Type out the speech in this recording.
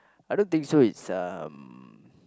I don't think so is um